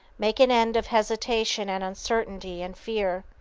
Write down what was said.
make an end of hesitation and uncertainty and fear.